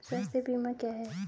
स्वास्थ्य बीमा क्या है?